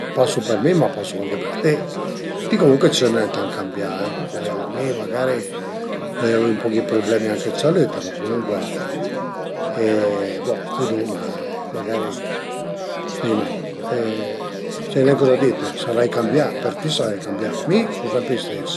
për sent, cuarant për sent e niente sun chërsü ën ün paizot nen gros e niente a së stazìa bastansa bin, ën l'ura a i era anche menu gent, menu machin-e e pöi sun trasferime, sun trasferime ënt ün pais ën po pi gros ma al e al l'istes